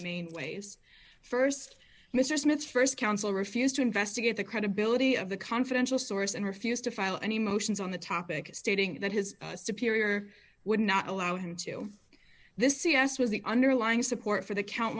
main ways st mr smith's st counsel refused to investigate the credibility of the confidential source and refused to file any motions on the topic stating that his superior would not allow him to this c s was the underlying support for the count